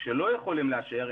כשלא יכולים לאשר,